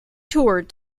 toured